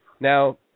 Now